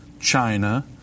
china